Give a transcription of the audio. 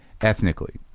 ethnically